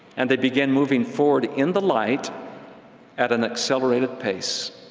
and they begin moving forward in the light at an accelerated pace.